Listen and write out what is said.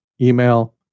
email